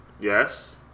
Yes